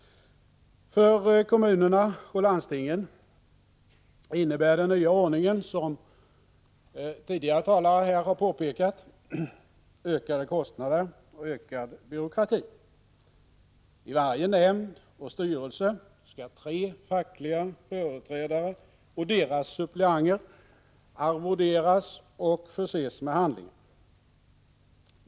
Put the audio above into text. För kommunerna och landstingen innebär den nya ordningen, som tidigare talare här har påpekat, ökade kostnader och ökad byråkrati. I varje nämnd och styrelse skall tre fackliga företrädare och deras suppleanter arvoderas och förses med handlingar.